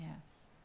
yes